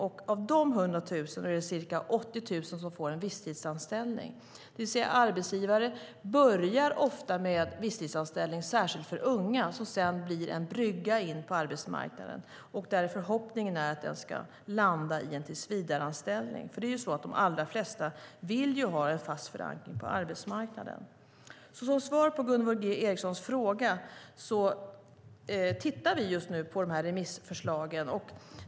Av dessa 100 000 är det ca 80 000 som får en visstidsanställning, det vill säga att arbetsgivare ofta börjar med visstidsanställning, särskilt för unga, som sedan blir en brygga in till arbetsmarknaden. Förhoppningen är att den ska landa i en tillsvidareanställning, för de allra flesta vill ju ha en fast förankring på arbetsmarknaden. Svaret på Gunvor G Ericsons fråga är att vi just nu tittar på remissförslagen.